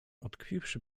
utkwiwszy